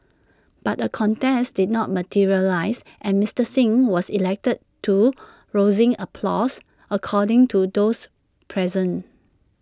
but A contest did not materialise and Mister Singh was elected to rousing applause according to those present